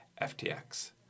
FTX